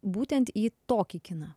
būtent į tokį kiną